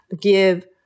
give